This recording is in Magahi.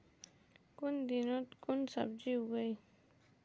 कुन दिनोत कुन सब्जी उगेई?